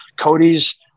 Cody's